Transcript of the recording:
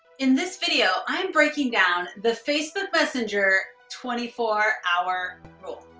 in this video, i'm breaking down the facebook messenger twenty four hour rule.